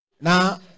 now